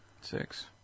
Six